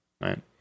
right